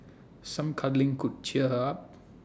some cuddling could cheer her up